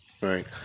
Right